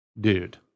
Dude